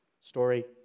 story